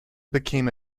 became